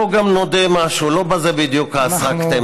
בוא נודה במשהו: לא בזה בדיוק עסקתם,